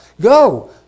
Go